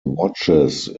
watches